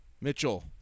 Mitchell